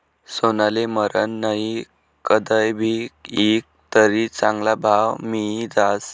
सोनाले मरन नही, कदय भी ईकं तरी चांगला भाव मियी जास